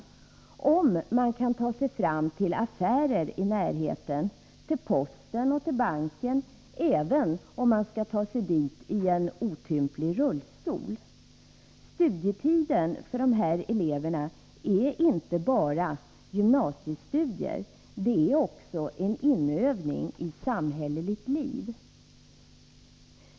Eleverna skall kunna ta sig fram till affärer i närheten och till posten och banken, trots att de måste göra det i en otymplig rullstol. Studietiden för de här eleverna innebär inte bara att de bedriver gymnasiestudier, utan den innebär också en inövning i samhälleligt liv.